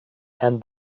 and